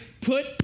put